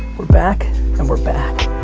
we're back and we're back.